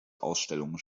ausstellungen